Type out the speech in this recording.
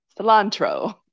Cilantro